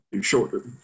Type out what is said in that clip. shorter